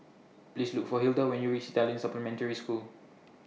Please Look For Hilda when YOU REACH Italian Supplementary School